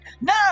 no